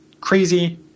crazy